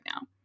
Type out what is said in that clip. now